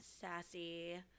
sassy